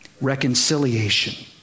Reconciliation